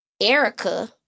Erica